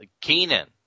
Keenan